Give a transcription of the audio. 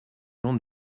gens